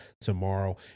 tomorrow